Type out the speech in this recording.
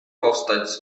powstać